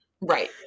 Right